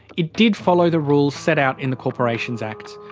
it did follow the rules set out in the corporations act,